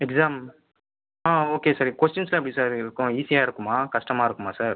exam okay sir கொஷ்டின்ஸ்லாம் எப்படி sir இருக்கும் ஈஸியாக இருக்குமா கஷ்டமாக இருக்குமா சார்